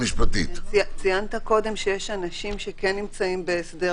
ציינת שיש אנשים שכן נמצאים בהסדר,